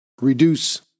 reduce